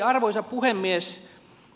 arvoisa puhemies